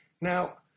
Now